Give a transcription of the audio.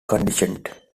conditioned